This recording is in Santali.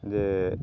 ᱡᱮ